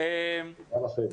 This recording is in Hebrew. רבה.